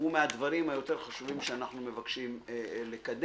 הוא מהדברים היותר חשובים שאנחנו מבקשים לקדם.